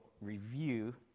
review